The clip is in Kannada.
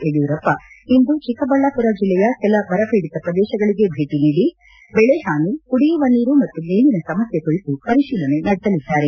ಯಡಿಯೂರಪ್ಪ ಇಂದು ಚಿಕ್ಕಬಳ್ಳಾಪುರ ಜಿಲ್ಲೆಯ ಕೆಲ ಬರಪೀಡಿತ ಪ್ರದೇಶಗಳಿಗೆ ಭೇಟಿ ನೀಡಿ ಬೆಳೆ ಹಾನಿ ಕುಡಿಯುವ ನೀರು ಮತ್ತು ಮೇವಿನ ಸಮಸ್ಯೆ ಕುರಿತು ಪರಿಶೀಲನೆ ನಡೆಸಲಿದ್ದಾರೆ